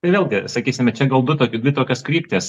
tai vėlgi sakysime čia galbūt tokia dvi tokios kryptis